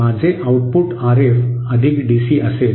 माझे output RF अधिक DC असेल